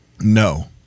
No